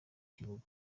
kibuga